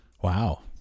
Wow